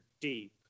deep